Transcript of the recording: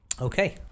Okay